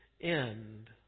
end